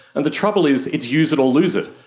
and the trouble is it's use it or lose it.